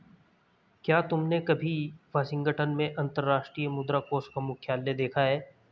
क्या तुमने कभी वाशिंगटन में अंतर्राष्ट्रीय मुद्रा कोष का मुख्यालय देखा है?